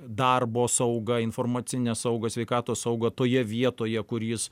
darbo saugą informacinę saugą sveikatos saugą toje vietoje kur jis